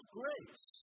grace